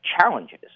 challenges